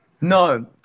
No